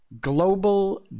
global